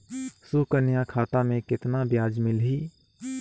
सुकन्या खाता मे कतना ब्याज मिलही?